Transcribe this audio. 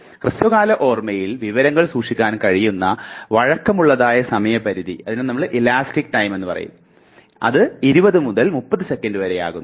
ഹ്രസ്വകാല ഓർമ്മയിൽ വിവരങ്ങൾ സൂക്ഷിക്കാൻ കഴിയുന്ന വഴക്കമുള്ളതായ സമയ പരിധി 20 മുതൽ 30 സെക്കൻറു വരെയാകുന്നു